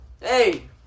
hey